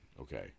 Okay